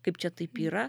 kaip čia taip yra